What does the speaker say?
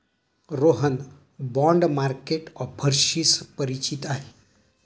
Rohan bond market ऑफर्सशी परिचित आहे